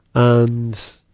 and,